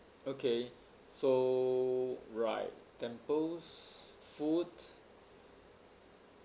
okay so right temples food